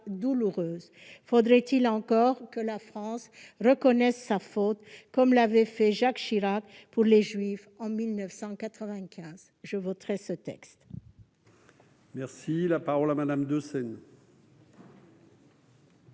douloureuse ; encore faudrait-il que la France reconnaisse sa faute, comme l'avait fait Jacques Chirac pour les juifs en 1995. Je voterai ce texte.